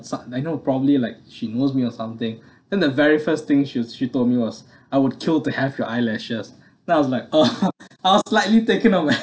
so I know probably like she knows me or something then the very first thing she was she told me was I would kill to have your eyelashes then I was like oh I slightly taken aback